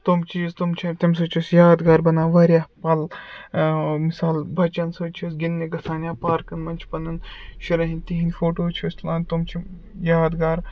تِم چیٖز تِم چھِ تَمہِ سۭتۍ چھِ أسۍ یادگار بَنان واریاہ پَل مِثال بَچَن سۭتۍ چھِ أسۍ گِنٛدنہِ گَژھان یا پارکَن منٛز چھِ پَنُن شُرٮ۪ن ہٕنٛدۍ یا تِہِنٛدۍ فوٹوٗز چھِ أسۍ تُلان تِم چھِ یادگار